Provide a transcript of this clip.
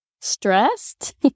stressed